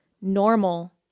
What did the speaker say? Normal